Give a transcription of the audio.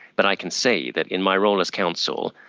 but i can say that in my role as counsel,